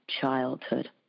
childhood